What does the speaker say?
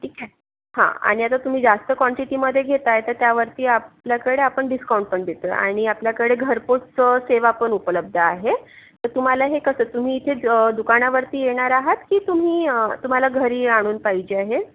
ठीक आहे हा आणि आता ते तुम्ही जास्त कॉन्टिटीमध्ये घेत आहे तर त्यावरती आपल्याकडे आपण डिस्काउंट पण देतो आहे आणि आपल्याकडे घरपोच सेवा पण उपलब्ध आहे तर तुम्हाला हे कसं तुम्ही इथेच दुकानावरती येणार आहात की तुम्ही तुम्हाला घरी आणून पाहिजे आहे